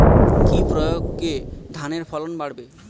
কি প্রয়গে ধানের ফলন বাড়বে?